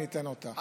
אני אתן אותה,